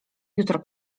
jutro